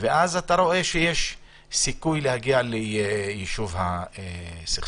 ואז אתה רואה שיש סיכוי להגיע ליישוב הסכסוך.